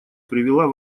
привела